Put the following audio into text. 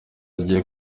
agiye